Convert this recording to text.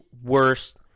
worst